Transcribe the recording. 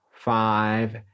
five